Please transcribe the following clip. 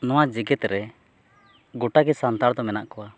ᱱᱚᱣᱟ ᱡᱮᱜᱮᱛ ᱨᱮ ᱜᱚᱴᱟᱜᱮ ᱥᱟᱱᱛᱟᱲ ᱫᱚ ᱢᱮᱱᱟᱜ ᱠᱚᱣᱟ